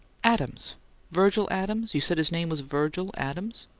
adams' virgil adams you said his name was virgil adams?